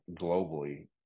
globally